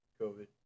COVID